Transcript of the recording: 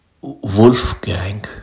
Wolfgang